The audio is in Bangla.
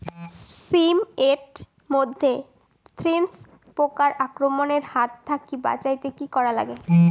শিম এট মধ্যে থ্রিপ্স পোকার আক্রমণের হাত থাকি বাঁচাইতে কি করা লাগে?